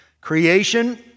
Creation